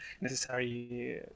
necessary